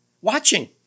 Watching